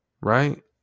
right